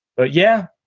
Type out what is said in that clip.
but yeah.